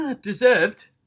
Deserved